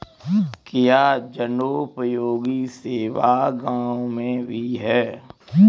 क्या जनोपयोगी सेवा गाँव में भी है?